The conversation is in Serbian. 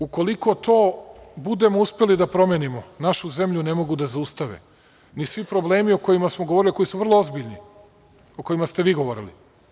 Ukoliko to budemo uspeli da promenimo, našu zemlju ne mogu da zaustave ni svi problemi o kojima smo govorili, a koji su vrlo ozbiljni, o kojima ste vi govorili.